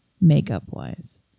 makeup-wise